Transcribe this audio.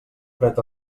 fred